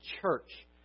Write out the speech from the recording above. church